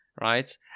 right